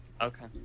Okay